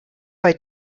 bei